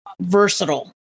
versatile